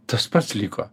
tas pats liko